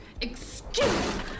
excuse